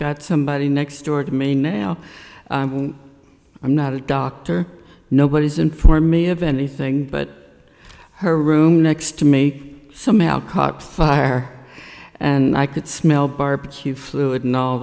that somebody next door to me now i'm not a doctor nobody's inform me of anything but her room next to me somehow caught fire and i could smell barbecue fluid